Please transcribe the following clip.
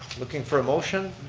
looking for a motion.